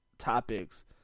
topics